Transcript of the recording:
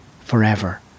forever